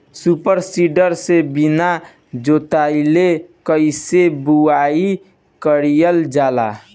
Super seeder से बीना जोतले कईसे बुआई कयिल जाला?